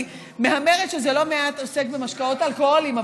אני מהמרת שזה לא מעט עוסק במשקאות אלכוהוליים,